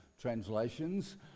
translations